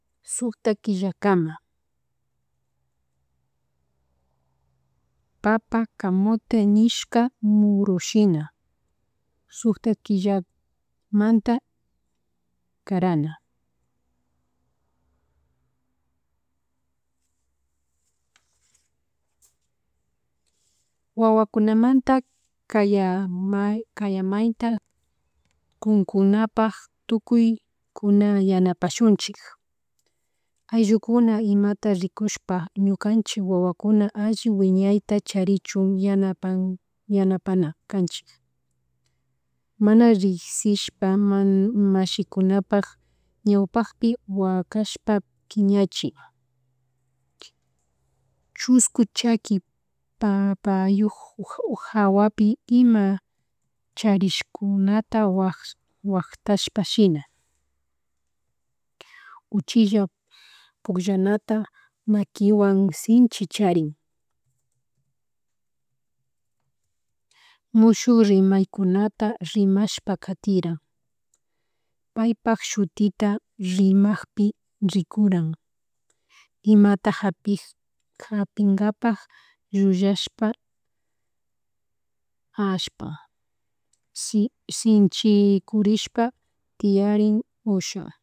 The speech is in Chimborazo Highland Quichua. Sukta killakama, papa, kamote nishka murushina sukta killamanta karana, wawakunamanta kayamay kayamayta kunkunpak tukuy kun yanapashunchik ayllukuna imata rikushpa ñukanchik wawakuna alli wiyayta charichun yanapan yanapana canchik, mana rikshishpa mana mashinkunapak ñawpakpi wakashpa piñachik, chusku chaki jawapi ima charishukunapi waktashpa shina uchilla pukllanata maquiwan sinchin charin, mushuk rimaykunata rimashpa katira, pay pak shutita rimakpi rikuran, ima tak kapoin kapingapak llullashpa ashpa sinchikurishpa tiarin usha